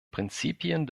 prinzipien